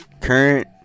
current